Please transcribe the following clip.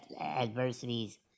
adversities